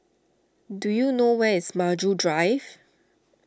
do you know where is Maju Drive